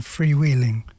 Freewheeling